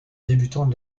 débutants